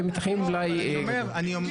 נמצאים פה --- דלית,